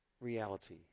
reality